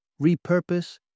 repurpose